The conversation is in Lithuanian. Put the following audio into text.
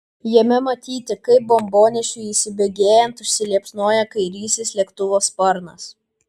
jame matyti kaip bombonešiui įsibėgėjant užsiliepsnoja kairysis lėktuvo sparnas